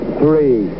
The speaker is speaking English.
three